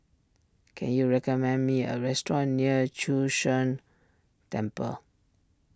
can you recommend me a restaurant near Chu Sheng Temple